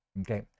okay